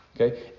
okay